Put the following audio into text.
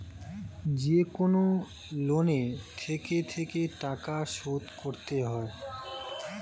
যেকনো লোনে থেকে থেকে টাকা শোধ করতে হয়